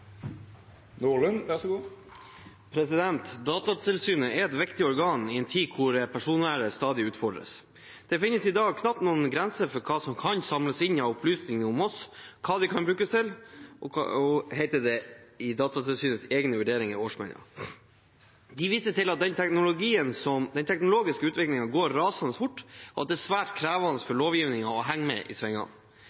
et viktig organ i en tid da personvernet stadig utfordres. «Det finnes i dag knapt noen grenser for hva som kan samles inn av opplysninger om oss, og hva de kan brukes til», heter det i Datatilsynets egne vurderinger i årsmeldingen. De viser til at den teknologiske utviklingen går rasende fort, og at det er svært krevende